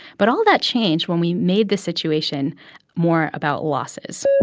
but all that changed when we made the situation more about losses